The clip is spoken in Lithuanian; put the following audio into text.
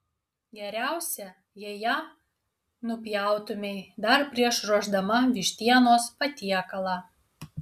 geriausia jei ją nupjautumei dar prieš ruošdama vištienos patiekalą